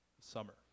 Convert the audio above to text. summer